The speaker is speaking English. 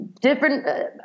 different